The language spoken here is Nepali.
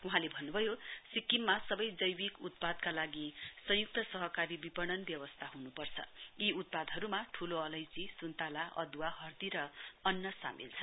वहाँले भन्नुभयो सिक्किममा सबै जैविक उत्पादका लागि संयुक्त सहकारी विपगण व्यवस्था हुनुपर्छ यी उत्पादहरूमा ठूलो अलैंची सुन्तला अदुवा हर्दी र अन्न सामेल छन्